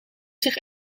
zich